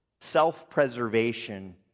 Self-preservation